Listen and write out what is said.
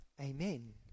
Amen